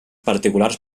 particulars